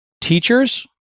teachers